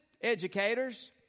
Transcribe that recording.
educators